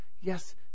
yes